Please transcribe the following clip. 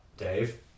Dave